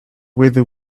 whether